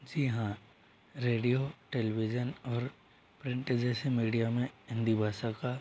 जी हाँ radio television और print जैसे मीडिया में हिंदी भाषा का